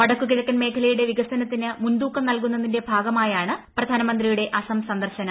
വടക്കുകിഴക്കൻ മേഖലയുടെ വികസനത്തിന് മുൻതൂക്കം നൽകുന്നതിന്റെ ഭാഗമായാണ് പ്രധാനമന്ത്രിയുടെ അസം സന്ദർശനം